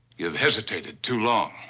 you've hesitated too long.